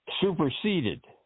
superseded